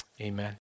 amen